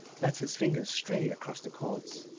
let his fingers stray across the cords.